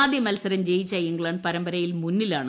ആദ്യ മത്സരം ജയിച്ച ഇംഗ്ലണ്ട് പരമ്പരയിൽ മുന്നിലാണ്